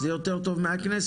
זה יותר טוב מהכנסת,